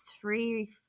three